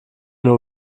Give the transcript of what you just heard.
nur